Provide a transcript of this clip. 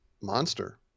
monster